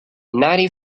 ninety